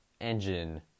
engine